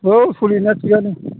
औ सोलिनाया थिगानो